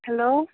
hello